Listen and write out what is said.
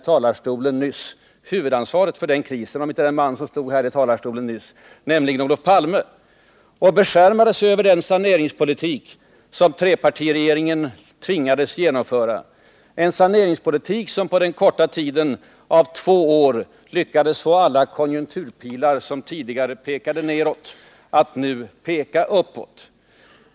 Vem bar huvudansvaret för den krisen om inte den man som stod här i talarstolen nyss, nämligen Olof Palme? Han beskärmade sig över den saneringspolitik som trepartiregeringen tvingades genomföra, en saneringspolitik som på den korta tiden av två år lyckades få alla konjunkturpilar som tidigare pekade nedåt att nu peka uppåt.